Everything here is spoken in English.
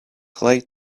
play